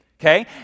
okay